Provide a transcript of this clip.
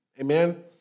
Amen